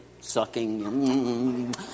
sucking